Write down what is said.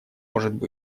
может